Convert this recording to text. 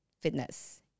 Fitness